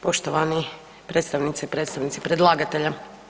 Poštovani predstavnice i predstavnici predlagatelja.